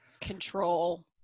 control